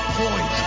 point